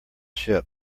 ship